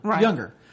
younger